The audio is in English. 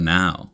now